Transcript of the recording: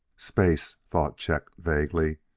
space, thought chet vaguely.